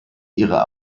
ihre